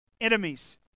enemies